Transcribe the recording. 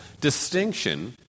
distinction